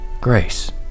grace